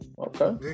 Okay